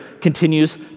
continues